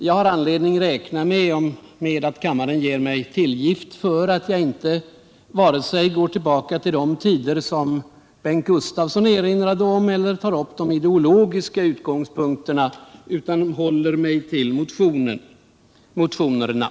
Jag har anledning räkna med att kammaren ger mig tillgift för att jag inte vare sig går tillbaka till de tider som Bengt Gustavsson erinrade om eller tar upp de ideologiska utgångspunkterna utan håller mig till motionerna.